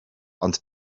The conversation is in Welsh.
ond